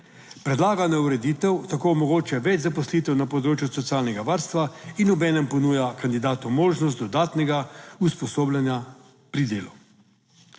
Predlagana ureditev tako omogoča več zaposlitev na področju socialnega varstva in obenem ponuja kandidatu možnost dodatnega usposabljanja pri delu.